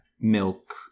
milk